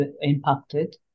impacted